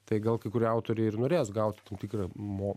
tai gal kai kurie autoriai ir norės gauti tam tikrą mo